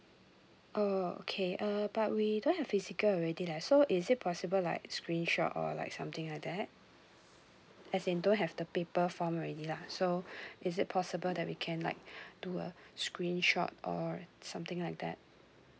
oh okay uh but we don't have physical already leh so is it possible like screenshot or like something like that as in don't have the paper form already lah so is it possible that we can like do a screenshot or something like that